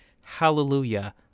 Hallelujah